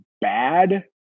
bad